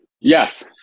Yes